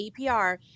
APR